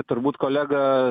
turbūt kolega